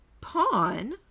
Pawn